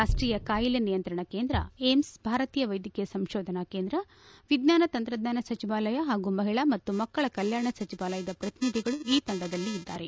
ರಾಷ್ಷೀಯ ಕಾಯಿಲೆ ನಿಯಂತ್ರಣ ಕೇಂದ್ರ ಏಮ್ಸ್ ಭಾರತೀಯ ವೈದ್ಯಕೀಯ ಸಂಶೋಧನಾ ಕೇಂದ್ರ ವಿಜ್ಞಾನ ತಂತ್ರಜ್ಞಾನ ಸಚಿವಾಲಯ ಹಾಗೂ ಮಹಿಳಾ ಮತ್ತು ಮಕ್ಕಳ ಕಲ್ಮಾಣ ಸಚಿವಾಲಯದ ಪ್ರತಿನಿಧಿಗಳು ಈ ತಂಡದಲ್ಲಿ ಇದ್ದಾರೆ